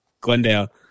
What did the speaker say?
Glendale